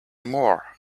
more